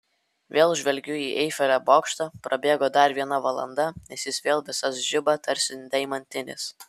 vėl žvelgiu į eifelio bokštą prabėgo dar viena valanda nes jis vėl visas žiba tarsi deimantinis